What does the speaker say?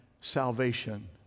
salvation